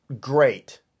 great